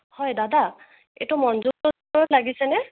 হয় দাদা এইটো মন্জু ষ্ট'ৰত লাগিছেনে